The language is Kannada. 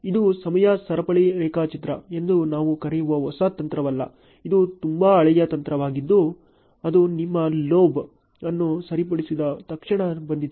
ಇದು ಸಮಯ ಸರಪಳಿ ರೇಖಾಚಿತ್ರ ಎಂದು ನಾವು ಕರೆಯುವ ಹೊಸ ತಂತ್ರವಲ್ಲ ಇದು ತುಂಬಾ ಹಳೆಯ ತಂತ್ರವಾಗಿದ್ದು ಅದು ನಿಮ್ಮ LOB ಅನ್ನು ಸರಿಪಡಿಸಿದ ತಕ್ಷಣ ಬಂದಿತು